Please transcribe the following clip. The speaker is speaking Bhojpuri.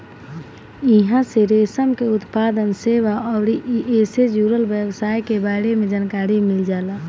इहां से रेशम के उत्पादन, सेवा अउरी एसे जुड़ल व्यवसाय के बारे में जानकारी मिल जाला